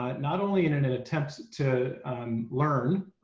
ah not only in an an attempt to learn,